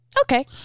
Okay